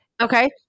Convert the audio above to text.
Okay